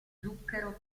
zucchero